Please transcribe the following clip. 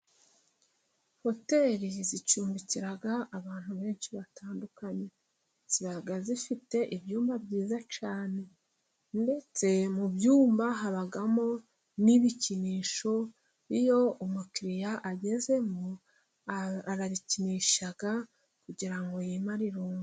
Hoteri zicumbikira abantu benshi batandukanye. Ziba zifite ibyumba byiza cyane， ndetse mu byumba habamo n'ibikinisho. Iyo umukiriya agezemo，arabikinisha， kugira ngo yimare irungu.